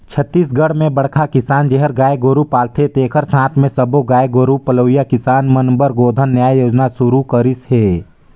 छत्तीसगढ़ में बड़खा किसान जेहर गाय गोरू पालथे तेखर साथ मे सब्बो गाय गोरू पलइया किसान मन बर गोधन न्याय योजना सुरू करिस हे